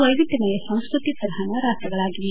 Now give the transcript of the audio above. ವೈವಿಧ್ಯಮಯ ಸಂಸ್ಟತಿ ಪ್ರಧಾನ ರಾಷ್ಟಗಳಾಗಿವೆ